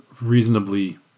reasonably